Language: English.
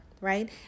right